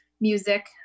music